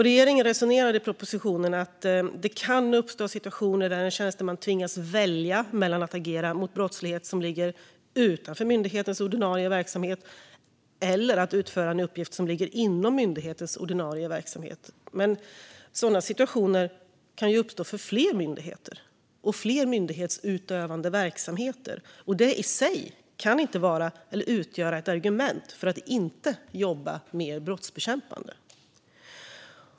Regeringen resonerar i propositionen om att det kan uppstå situationer där en tjänsteman tvingas välja mellan att agera mot brottslighet som ligger utanför myndighetens ordinarie verksamhet och att utföra en uppgift som ligger inom myndighetens ordinarie verksamhet. Men sådana situationer kan ju uppstå för fler myndigheter och myndighetsutövande verksamheter. Det i sig kan inte utgöra ett argument för att inte jobba mer brottsbekämpande.